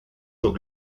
zur